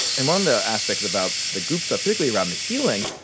and one of the aspects about the goop stuff, particularly around the healing,